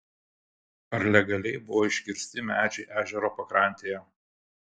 ar legaliai buvo iškirsti medžiai ežero pakrantėje